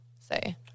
say